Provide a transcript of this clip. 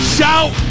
Shout